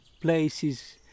places